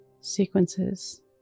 sequences